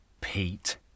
Pete